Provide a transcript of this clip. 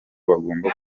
bagomba